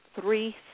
three